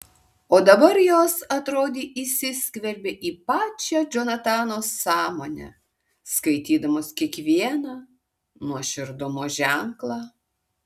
o dabar jos atrodė įsiskverbė į pačią džonatano sąmonę skaitydamos kiekvieną nuoširdumo ženklą